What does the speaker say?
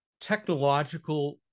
technological